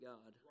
God